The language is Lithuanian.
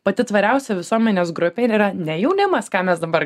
pati tvariausia visuomenės grupė ir yra ne jaunimas ką mes dabar